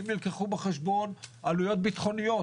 האם נלקחו בחשבון עלויות ביטחוניות?